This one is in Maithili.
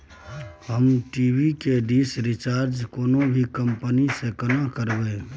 हम टी.वी के डिश रिचार्ज कोनो भी कंपनी के केना करबे?